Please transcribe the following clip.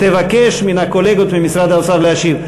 תבקש מהקולגות במשרד האוצר להשיב.